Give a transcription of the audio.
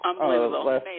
Unbelievable